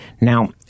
Now